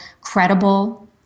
credible